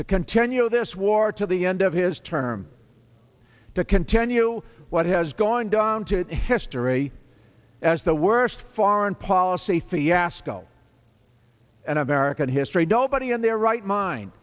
to continue this war to the end of his term to continue what has gone down to history as the worst foreign policy fiasco and american history don't body in their right mind